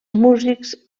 músics